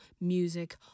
music